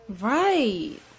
Right